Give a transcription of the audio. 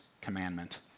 commandment